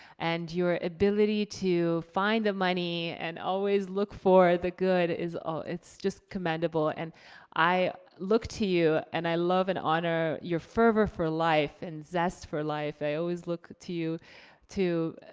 and your ability to find the money and always look for the good, ah it's just commendable. and i look to you and i love and honor your fervor for life and zest for life. i always look to you to,